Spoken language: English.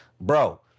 Bro